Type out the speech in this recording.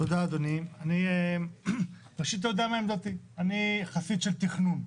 תודה, אדוני, אני חסיד של תכנון,